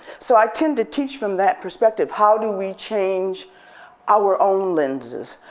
so i tend to teach from that perspective how do we change our own lenses?